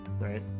right